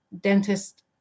dentist